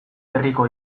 herriko